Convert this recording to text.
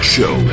Show